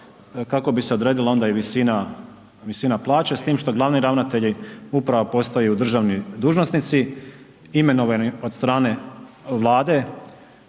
kako bi se odredila onda i visina plaće, s tim što glavni ravnatelji uprava postaju državni dužnosnici imenovani od strane Vlade,